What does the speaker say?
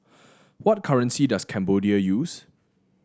what currency does Cambodia use